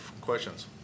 questions